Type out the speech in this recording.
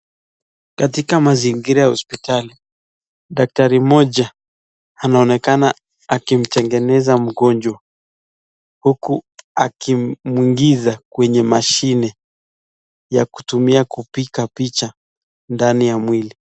Katika mazingira ya hospitali daktari mmoja anaonekana akimtengeneza mgonjwa huku akimwingiza kwenye mashine ya kutumia kupiga picha ndani ya mwili.